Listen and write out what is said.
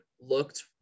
looked